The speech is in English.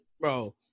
bro